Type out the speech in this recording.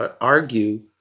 argue